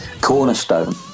Cornerstone